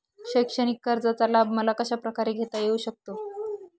शैक्षणिक कर्जाचा लाभ मला कशाप्रकारे घेता येऊ शकतो?